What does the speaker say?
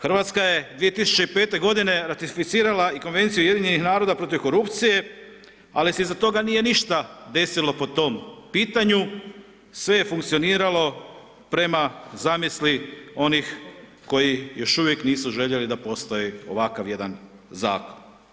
Hrvatska je 2005. godine ratificirala i Konvenciju UN-a protiv korupcije, ali se iza toga nije ništa desilo po tom pitanju, sve je funkcioniralo prema zamisli onih koji još uvijek nisu željeli da postoji ovakav jedan zakon.